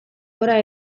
gora